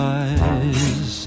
eyes